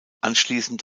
anschließend